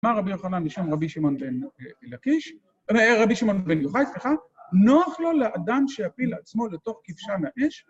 אמר רבי יוחנן משום רבי שמעון לקיש, אה... רבי שמעון בן יוחאי, סליחה, נוח לו לאדם שיפיל עצמו לתוך כבשן האש,